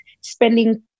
spending